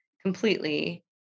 completely